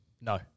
No